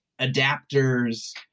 adapters